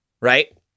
right